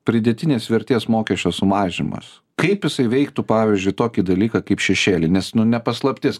pridėtinės vertės mokesčio sumažinimas kaip jisai veiktų pavyzdžiui tokį dalyką kaip šešėlį nes ne paslaptis